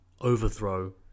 overthrow